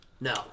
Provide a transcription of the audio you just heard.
No